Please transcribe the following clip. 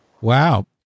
Wow